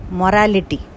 morality